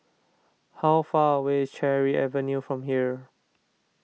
how far away is Cherry Avenue from here